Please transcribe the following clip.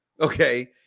Okay